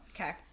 okay